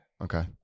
Okay